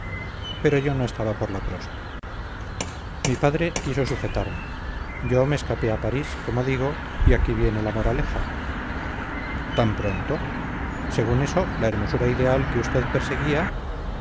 pero yo no estaba por la prosa mi padre quiso sujetarme yo me escapé a parís como digo y aquí viene la moraleja tan pronto según eso la hermosura ideal que usted perseguía